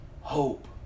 hope